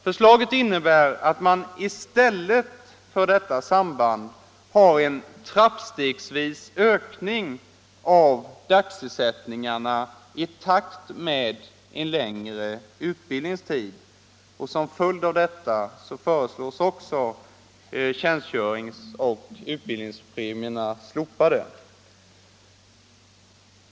Förslaget innebär en ökning trappstegsvis av dagersättningarna i takt med längre utbildningstid. Som följd av detta föreslås också att tjänstgöringsoch utbildningspremierna slopas.